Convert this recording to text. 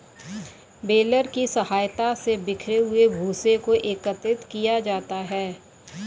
baler की सहायता से बिखरे हुए भूसे को एकत्रित किया जाता है